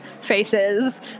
faces